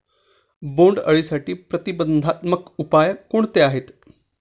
बोंडअळीसाठी प्रतिबंधात्मक उपाय कोणते आहेत?